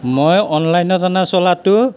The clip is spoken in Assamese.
মই অনলাইনত অনা চোলাটো